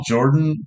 Jordan